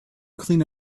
clean